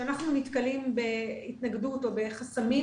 כשאנחנו נתקלים בהתנגדות או בחסמים,